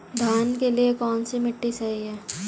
धान के लिए कौन सी मिट्टी सही है?